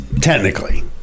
technically